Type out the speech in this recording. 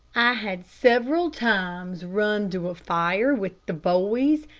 i had several times run to a fire with the boys,